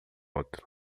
outro